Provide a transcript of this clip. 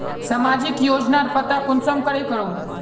सामाजिक योजनार पता कुंसम करे करूम?